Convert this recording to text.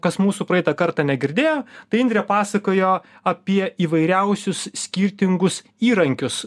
kas mūsų praeitą kartą negirdėjo tai indrė pasakojo apie įvairiausius skirtingus įrankius